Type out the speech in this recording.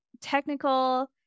technical